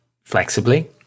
flexibly